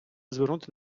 звернути